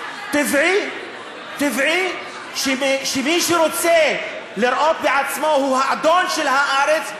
טבעי שמי שרוצה לראות בעצמו את האדון של הארץ,